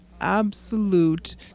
absolute